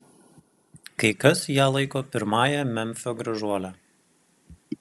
kai kas ją laiko pirmąja memfio gražuole